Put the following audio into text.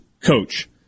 Coach